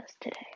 today